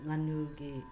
ꯉꯥꯅꯨꯒꯤ